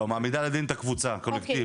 לא, מעמידה לדין את הקבוצה, קולקטיב.